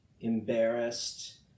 embarrassed